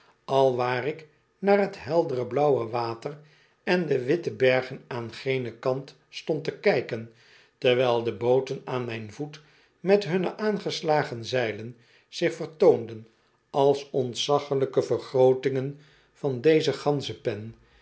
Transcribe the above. alwaar ik naar t heldere blauwe water en de witte bergen aan genen kant stond te kijken terwijl de booten aan mijn voet met hunne aangeslagen zeilen zich vertoonden als ontzaglijke vergrootingen van deze ganzenpen die